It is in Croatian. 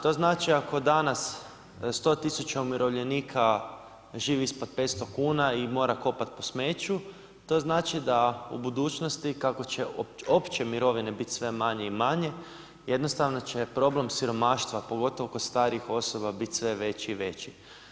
To znači ako danas 100 tisuća umirovljenika živi ispod 500 kuna i mora kopati po smeću, to znači da u budućnosti kako će opće mirovine biti sve manje i manje, jednostavno će problem siromaštva, pogotovo kod starijih osoba biti sve veći i veći.